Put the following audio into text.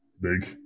big